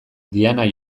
diana